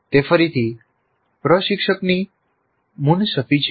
તે ફરીથી પ્રશિક્ષકની મુનસફી છે